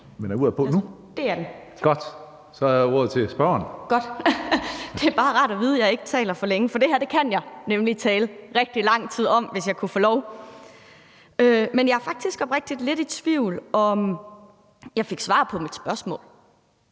jeg ordet til spørgeren. Kl. 15:05 Katrine Robsøe (RV): Godt. Det er bare rart at vide, at jeg ikke taler for længe, for det her kan jeg nemlig tale rigtig lang tid om, hvis jeg kunne få lov. Men jeg er faktisk oprigtigt lidt i tvivl om, om jeg fik svar på mit spørgsmål.